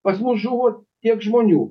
pas mus žuvo tiek žmonių